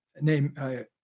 name